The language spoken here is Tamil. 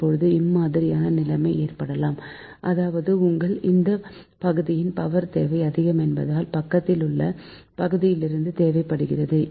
இப்போது இம்மாதிரியான நிலைமை ஏற்படலாம் அதாவது உங்கள் இந்த பகுதியின் பவர் தேவை அதிகமென்பதால் பக்கத்திலுள்ள பகுதியிலிருந்து தேவைப்படுகிறது